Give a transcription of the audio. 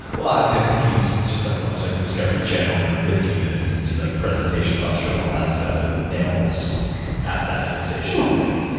well, i mean, i think you just have to watch like discovery channel for fifteen minutes and see like presentation posture and all that stuff and mammals have that fixation, i think.